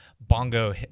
bongo